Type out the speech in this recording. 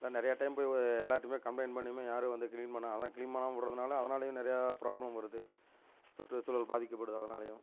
நான் நிறையா டைம் போய் எல்லாருகிட்டையுமே கம்பளைண்ட் பண்ணியுமே யாரும் வந்து க்ளீன் பண்ண அதுதான் க்ளீன் பண்ணாமல் விட்றதுனால அதனாலையும் நிறையா ப்ராப்ளம் வருது சுற்றுச்சூழல் பாதிக்கப்படுது அதனாலையும்